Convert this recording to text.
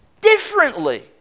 differently